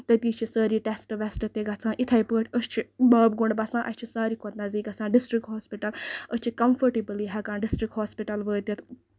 تٔتی چھِ سٲری ٹیسٹ ویسٹ تہِ گژھان یِتھے پٲٹھۍ أسۍ چھِ وابگُنڈ بَسان اَسہِ چھِ ساروی کھوتہٕ نَزدیٖک گژھان ڈِسٹرک ہوسپِٹل أسۍ چھِ کَمفارٹِبلی ہٮ۪کان ڈِسٹرک ہوسپِٹل وٲتِتھ